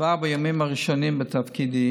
כבר בימים הראשונים בתפקידי